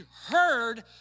heard